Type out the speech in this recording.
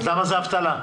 אז למה זה אבטלה?